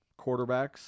quarterbacks